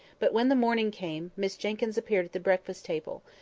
but when the morning came, miss jenkyns appeared at the breakfast-table,